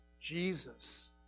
Jesus